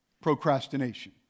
Procrastination